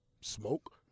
smoke